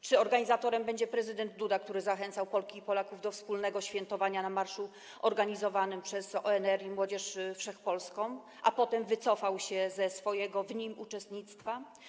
Czy organizatorem będzie prezydent Duda, który zachęcał Polki i Polaków do wspólnego świętowania podczas marszu organizowanego przez ONR i Młodzież Wszechpolską, a potem wycofał się ze swojego w nim uczestnictwa?